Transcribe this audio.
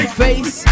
face